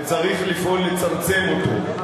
וצריך לפעול לצמצם אותו.